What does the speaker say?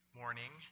morning